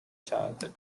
childhood